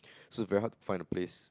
so it's very hard to find the place